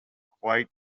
quite